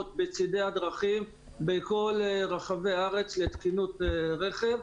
בצידי הדרכים בכל רחבי הארץ לתקינות רכב.